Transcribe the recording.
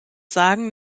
sagen